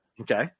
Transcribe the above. Okay